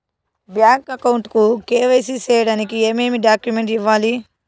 Bank account కు KYC సేయడానికి ఏమేమి డాక్యుమెంట్ ఇవ్వాలి?